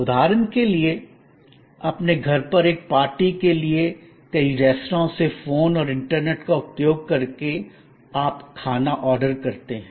उदाहरण के लिए अपने घर पर एक पार्टी के लिए कई रेस्तरां से फोन और इंटरनेट का उपयोग करके आप खाना ऑर्डर करते हैं